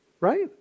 Right